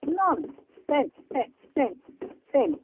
नाही सेम से same same